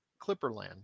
Clipperland